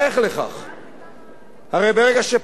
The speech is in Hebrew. הרי ברגע שפתחנו גדוד נח"ל חרדי,